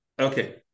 okay